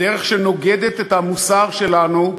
בדרך שנוגדת את המוסר שלנו,